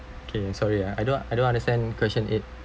okay I'm sorry ah I don't I don't understand question eight